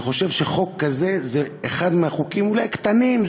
אני חושב שחוק כזה הוא אחד מהחוקים אולי הקטנים,